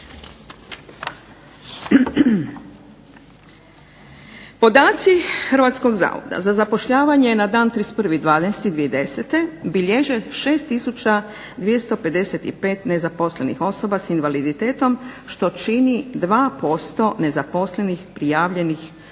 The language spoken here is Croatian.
Podaci Hrvatskog zavoda za zapošljavanje na dan 31.12.2010. bilježe 6 tisuća 255 nezaposlenih osobe sa invaliditetom što čini 2% nezaposlenih prijavljenih u